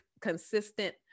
consistent